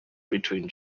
between